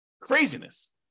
Craziness